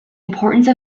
importance